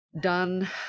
done